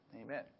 Amen